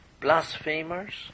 blasphemers